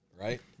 right